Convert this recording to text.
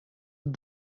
het